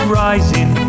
rising